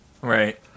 Right